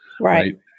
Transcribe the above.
Right